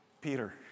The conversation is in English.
Peter